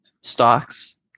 stocks